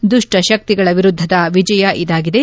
ದುಷ್ಷ ಶಕ್ತಿಗಳ ವಿರುದ್ದದ ವಿಜಯ ಇದಾಗಿದೆ